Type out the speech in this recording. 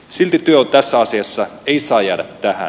silti työ tässä asiassa ei saa jäädä tähän